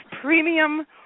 premium